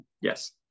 yes